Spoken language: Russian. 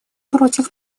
против